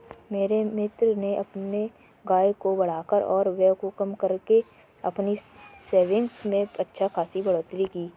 मेरे मित्र ने अपने आय को बढ़ाकर और व्यय को कम करके अपनी सेविंग्स में अच्छा खासी बढ़ोत्तरी की